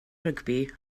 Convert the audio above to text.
rygbi